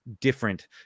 different